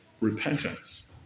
repentance